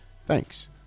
thanks